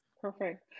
Perfect